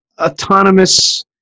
autonomous